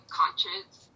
conscience